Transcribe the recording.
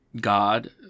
God